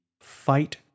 fight